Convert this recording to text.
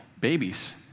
babies